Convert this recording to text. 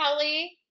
kelly